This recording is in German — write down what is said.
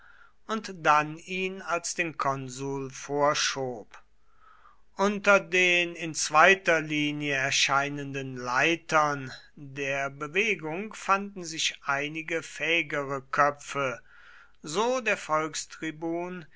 und dann ihn als den konsul vorschob unter den in zweiter linie erscheinenden leitern der bewegung fanden sich einige fähigere köpfe so der